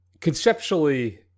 conceptually